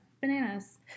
bananas